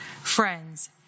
Friends